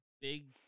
big